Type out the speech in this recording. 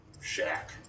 shack